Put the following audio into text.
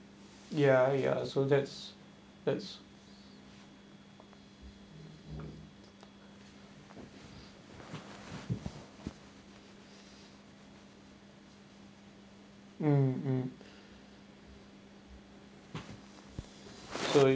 ya ya so that's that's mm mm so